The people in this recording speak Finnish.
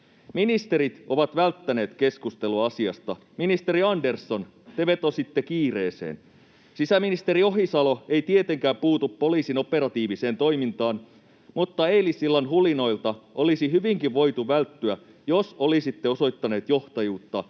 Ministerit ovat välttäneet keskustelua asiasta. Ministeri Andersson, te vetositte kiireeseen. Sisäministeri Ohisalo ei tietenkään puutu poliisin operatiiviseen toimintaan, mutta eilisillan hulinoilta olisi hyvinkin voitu välttyä, jos olisitte osoittanut johtajuutta